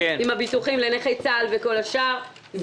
לגבי הביטוחים לנכי צה"ל וכל השאר.